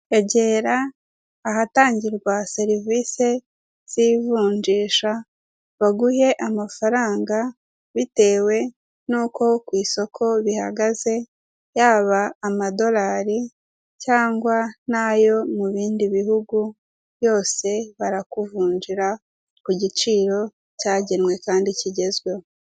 Egera ahatangirwa serivisi z'ivunjisha, baguhe amafaranga bitewe n'uko ku isoko bihagaze, yaba amadolari cyangwa n'ayo mu bindi bihugu yose, barakuvunjira ku giciro cyagenwe kandi kigezweho.